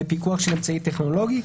בפיקוח של אמצעי טכנולוגי.